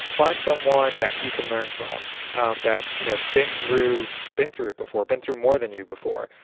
find someone that you can learn from that's you know been through been through it before, been through more than you before.